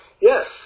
Yes